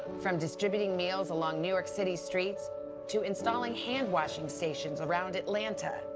from distributing meals along new york city streets to installing handwashing stations around atlanta.